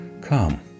come